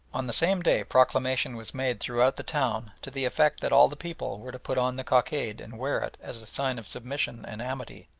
on the same day proclamation was made throughout the town to the effect that all the people were to put on the cockade and wear it as a sign of submission and amity.